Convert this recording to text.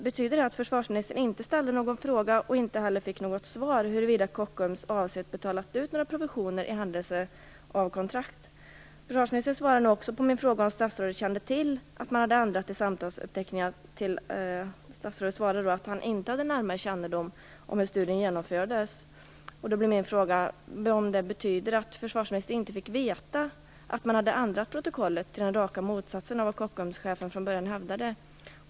Betyder det att försvarsministern inte ställde någon fråga och inte heller fick något svar huruvida Kockums avsett att betala ut några provisioner i händelse av kontrakt? På min fråga om försvarsministern känner till att man hade ändrat i samtalsuppteckningen svarar han att han inte har närmare kännedom om hur studien genomfördes. Min fråga blir då om det betyder att försvarsministern inte fick veta att man hade ändrat protokollet till raka motsatsen mot vad Kockumschefen från början hävdade.